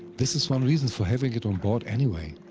this is one reason for having it on board anyway.